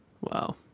Wow